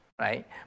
right